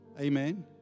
Amen